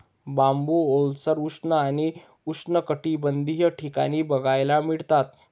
बांबू ओलसर, उष्ण आणि उष्णकटिबंधीय ठिकाणी बघायला मिळतात